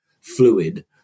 fluid